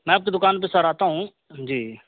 میں آپ کی دکان پہ سر آتا ہوں جی